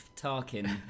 Tarkin